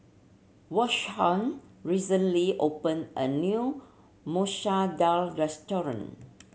Vashon recently opened a new Masoor Dal restaurant